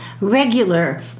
regular